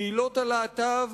קהילות הלהט"ב